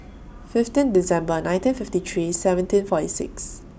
fifteen December nineteen fifty three seventeen forty six